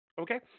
okay